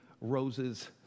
roses